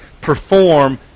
perform